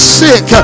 sick